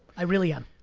i really am.